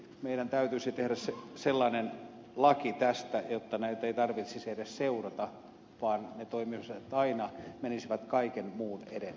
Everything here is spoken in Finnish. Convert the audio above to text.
meidän täytyisi tehdä sellainen laki tästä jotta näitä ei tarvitsisi edes seurata vaan ne toimisivat aina menisivät kaiken muun edelle